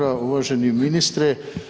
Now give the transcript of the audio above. Uvaženi ministre.